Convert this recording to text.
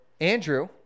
Andrew